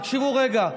תקשיבו רגע.